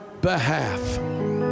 behalf